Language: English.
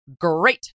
great